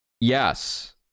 Yes